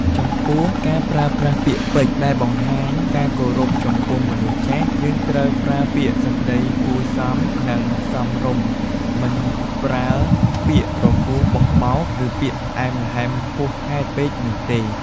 ចំពោះការប្រើប្រាស់ពាក្យពេចន៍ដែលបង្ហាញការគោរពចំពោះមនុស្សចាស់ យើងត្រូវប្រើពាក្យសម្ដីគួរសម និងសមរម្យ មិនប្រើពាក្យទ្រគោះបោះបោក ឬពាក្យផ្អែមល្ហែមហួសហេតុពេកនោះទេ។